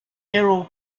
errol